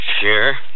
Sure